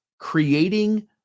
creating